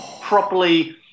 properly